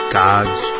gods